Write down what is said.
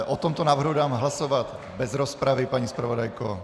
O tomto návrhu dám hlasovat bez rozpravy, paní zpravodajko.